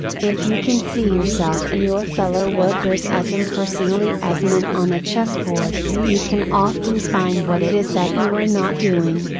if you can see yourself and your fellow workers as impersonally as men on a chessboard, you can often find what it is that you are not doing,